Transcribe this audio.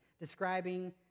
describing